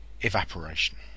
evaporation